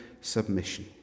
submission